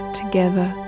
together